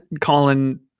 Colin